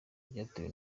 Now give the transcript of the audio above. byatewe